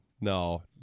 no